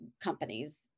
companies